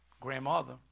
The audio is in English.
Grandmother